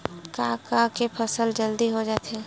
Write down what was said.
का का के फसल जल्दी हो जाथे?